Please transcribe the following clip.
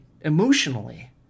emotionally